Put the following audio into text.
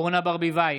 אורנה ברביבאי,